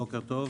בוקר טוב,